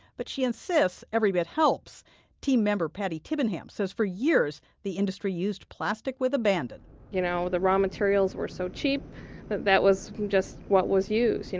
but she insists every bit helps team member patti tibbenham says for years the industry used plastic with abandon y'know, the raw materials were so cheap that that was just what was used,